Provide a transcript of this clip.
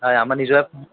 হয় আমাৰ নিজৰ আছে